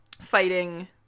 fighting